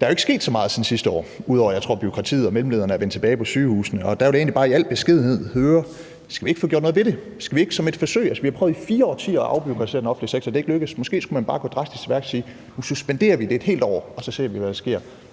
Der er jo ikke sket så meget siden sidste år, ud over, tror jeg, at bureaukratiet og mellemlederne er vendt tilbage til sygehusene. Og der vil jeg egentlig bare i al beskedenhed høre: Skal vi ikke få gjort noget ved det? Skal vi ikke som et gøre det som et forsøg? Vi har i 4 årtier prøvet at afbureaukratisere den offentlige sektor. Det er ikke lykkedes, og måske skulle man bare gå drastisk til værks og sige: Nu suspenderer vi det et helt år, og så ser vi, hvad der sker